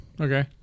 Okay